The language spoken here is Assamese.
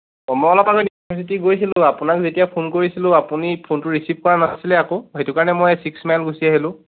অঁ মই অলপ আগত ইউনিভাৰ্চিটি গৈছিলোঁ আপোনাক যেতিয়া ফোন কৰিছিলোঁ আপুনি ফোনটো ৰিচিভ কৰা নাছিলে আকৌ সেইটো কাৰণে মই চিক্স মাইল গুছি আহিলোঁ